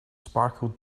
sparkled